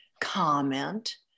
comment